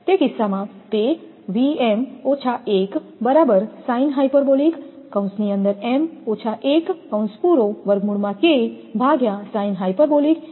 તે કિસ્સામાં તે આ હશે